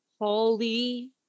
Holy